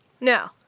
No